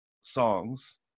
songs